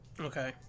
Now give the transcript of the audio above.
Okay